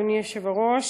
אדוני היושב-ראש,